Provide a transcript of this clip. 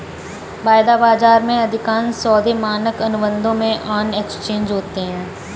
वायदा बाजार में, अधिकांश सौदे मानक अनुबंधों में ऑन एक्सचेंज होते हैं